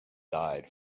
died